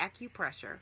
acupressure